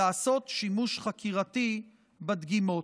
לעשות שימוש חקירתי בדגימות.